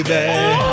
Baby